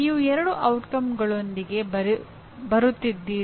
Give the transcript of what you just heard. ನೀವು ಎರಡು ಪರಿಣಾಮಗಳೊಂದಿಗೆ ಬರುತ್ತಿದ್ದೀರಿ